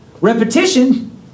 Repetition